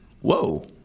Whoa